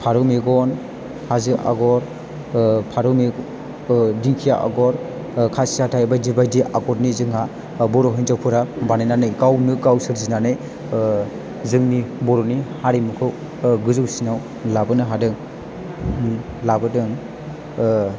फारौ मेगन हाजो आगर फारौ दिंखिया आगर खासि हाथाय बायदि बायदि आगर जोंहा बर' हिनजावफोरा बानायनानै गावनो गाव सोरजिनानै जोंनि बर'नि हारिमुखौ गोजौसिनाव लाबोनो हादों लाबोदों